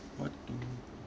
what do